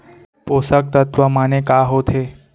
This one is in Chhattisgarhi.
पोसक तत्व माने का होथे?